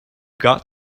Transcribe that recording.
got